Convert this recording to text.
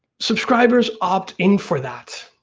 subscribers opt in for that,